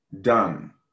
done